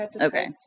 Okay